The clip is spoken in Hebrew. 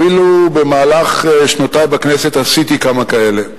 אפילו במהלך שנותי בכנסת עשיתי כמה כאלה,